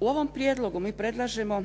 U ovom prijedlogu mi predlažemo